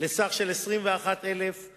לסך 21,000 שקלים.